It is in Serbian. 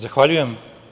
Zahvaljujem.